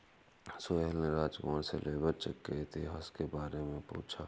सोहेल ने राजकुमार से labour check के इतिहास के बारे में पूछा